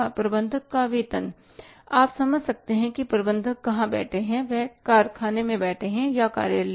प्रबंधक का वेतन आप समझ सकते हैं कि प्रबंधक कहाँ बैठे हैं वह कारखाने में बैठे हैं या कार्यालय में